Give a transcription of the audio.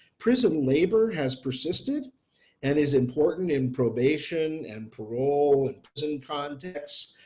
prison labor has persisted and is important in probation and parole and prison contexts